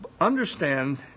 understand